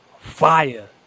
fire